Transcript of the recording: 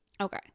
okay